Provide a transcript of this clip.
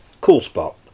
Coolspot